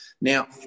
now